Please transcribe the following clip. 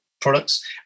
products